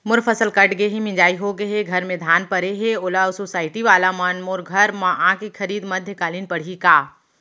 मोर फसल कट गे हे, मिंजाई हो गे हे, घर में धान परे हे, ओला सुसायटी वाला मन मोर घर म आके खरीद मध्यकालीन पड़ही का?